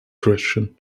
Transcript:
christian